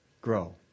grow